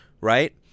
Right